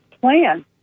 plan